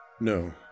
No